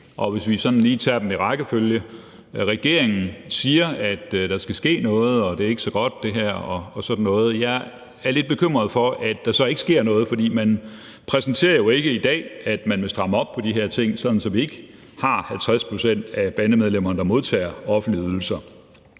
Og lad mig lige tage dem i rækkefølge. Regeringen siger, at der skal ske noget, og at det her ikke er så godt og sådan noget. Jeg er lidt bekymret for, at der så ikke sker noget, for man præsenterer jo ikke i dag noget om, at man vil stramme op på de her ting, sådan at vi ikke har 50 pct. af bandemedlemmerne, der modtager offentlige ydelser.